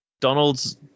Donald's